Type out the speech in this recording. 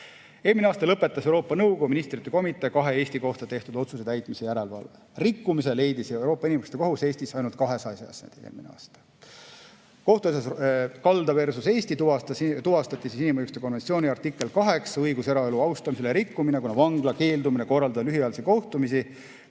Eelmisel aastal lõpetas Euroopa Nõukogu Ministrite Komitee kahe Eesti kohta tehtud otsuse täitmise järelevalve. Rikkumisi leidis Euroopa Inimõiguste Kohus Eestis ainult kahes asjas eelmisel aastal. Kohtuasjas KaldaversusEesti tuvastati inimõiguste konventsiooni artikli 8 "Õigus era‑ [ja perekonna]elu austamisele" rikkumine, kuna vangla keeldumine korraldada lühiajalisi kohtumisi